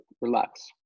relax